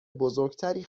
بزرگتری